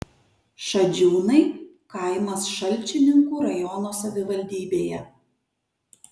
šadžiūnai kaimas šalčininkų rajono savivaldybėje